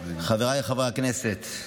חבריי חברי הכנסת,